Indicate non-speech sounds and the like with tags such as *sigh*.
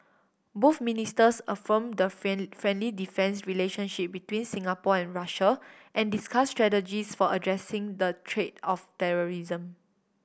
both ministers affirmed the *unintelligible* friendly defence relationship between Singapore and Russia and discuss strategies for addressing the *unintelligible* of terrorism